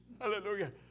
Hallelujah